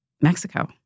Mexico